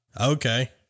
Okay